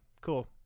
Cool